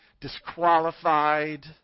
disqualified